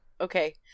Okay